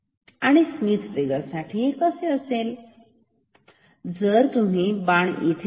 आणि Smith trigger साठी हे असे दिसेल जर तुम्ही बाण येथे दिला